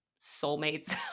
soulmates